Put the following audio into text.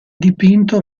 dipinto